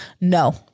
No